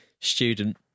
student